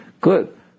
Good